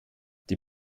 die